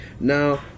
Now